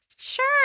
sure